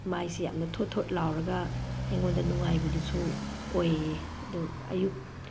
ꯃꯥꯏꯁꯦ ꯌꯥꯝꯅ ꯊꯣꯠ ꯊꯣꯠ ꯂꯥꯎꯔꯒ ꯑꯩꯉꯣꯟꯗ ꯅꯨꯡꯉꯥꯏꯕꯗꯨꯁꯨ ꯑꯣꯏꯌꯦ ꯑꯗꯨ ꯑꯌꯨꯛ